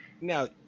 Now